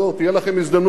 תהיה לכם הזדמנות,